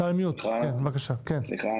אדוני, בקצרה,